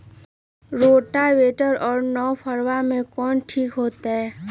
Rotavator और नौ फ़ार में कौन ठीक होतै?